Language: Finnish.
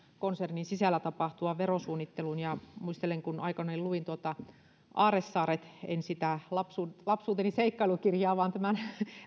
konsernin sisällä tapahtuvan verosuunnittelun muistelen että kun aikoinaan luin tuon aarresaaret kirjan en sitä lapsuuteni lapsuuteni seikkailukirjaa vaan tämän